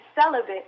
celibate